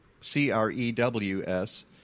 C-R-E-W-S